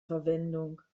verwendung